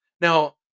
Now